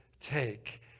take